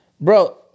Bro